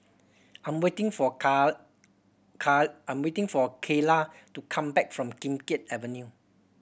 I am waiting for I am waiting for Kayla to come back from Kim Keat Avenue